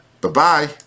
Bye-bye